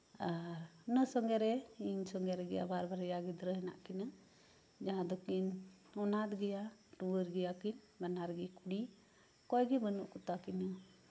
ᱟᱨ ᱚᱱᱟ ᱥᱚᱸᱜᱮ ᱨᱮ ᱤᱧ ᱥᱚᱸᱜᱮ ᱨᱮᱜᱮ ᱵᱟᱨᱭᱟ ᱜᱤᱫᱽᱨᱟᱹ ᱦᱮᱱᱟᱜ ᱠᱤᱱᱟᱹ ᱡᱟᱦᱟᱸᱭ ᱫᱚᱠᱤᱱ ᱚᱱᱟᱛᱷ ᱜᱮᱭᱟ ᱵᱟᱱᱟᱨ ᱜᱮᱠᱤᱱ ᱴᱩᱣᱟᱹᱨ ᱜᱮᱭᱟ ᱠᱤᱱ ᱵᱟᱱᱟᱨ ᱜᱮ ᱠᱩᱲᱤ ᱚᱠᱚᱭ ᱜᱮ ᱵᱟᱹᱱᱩᱜ ᱠᱚᱛᱟ ᱠᱤᱱᱟᱹ